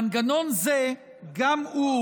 מנגנון זה גם הוא